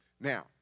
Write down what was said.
Now